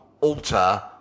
alter